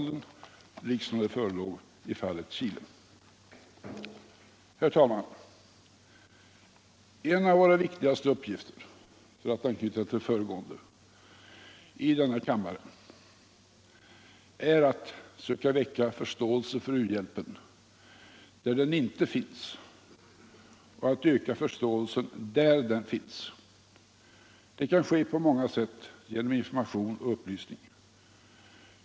En av våra viktigaste uppgifter i den här kammaren —- för att anknyta till det föregående — är att söka väcka förståelse för uhjälpen där den inte finns och att öka förståelsen där den finns. Det kan ske på många sätt, genom information och upplysning.